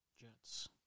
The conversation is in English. jets